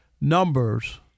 numbers –